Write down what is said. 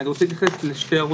אי אפשר אחר כך לחשוב